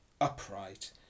upright